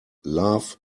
love